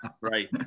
Right